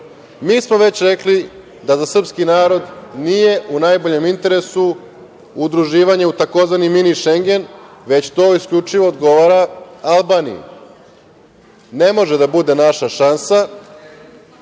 smo već rekli da za srpski narod nije u najboljem interesu udruživanje u tzv. „mini Šengen“, već to, isključivo odgovara Albaniji. Ne može da bude naša šansa